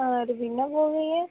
ਹਾਂ ਰਵੀਨਾ ਬੋਲ ਰਹੀ ਆ